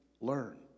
learn